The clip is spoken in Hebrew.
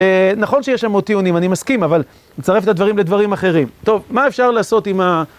נכון שיש שם מאוד טיעונים, אני מסכים, אבל נצטרף את הדברים לדברים אחרים. טוב, מה אפשר לעשות עם ה...